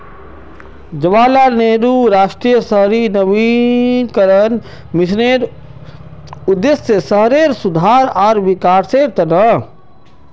जवाहरलाल नेहरू राष्ट्रीय शहरी नवीकरण मिशनेर उद्देश्य शहरेर सुधार आर विकासेर त न